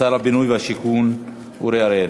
שר הבינוי והשיכון אורי אריאל.